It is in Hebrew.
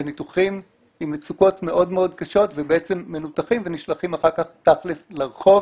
לניתוחים עם מצוקות מאוד קשות ובעצם מנותחים ונשלחים אחר כך תכלס לרחוב